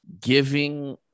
giving